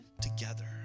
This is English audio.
together